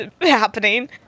happening